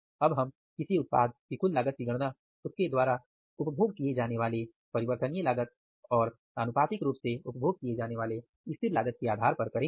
अब हम किसी उत्पाद की कुल लागत की गणना उसके द्वारा उपभोग किए जाने वाले परिवर्तनीय लागत और आनुपातिक रूप से उपभोग किए जाने वाले स्थिर लागत के आधार पर करेंगे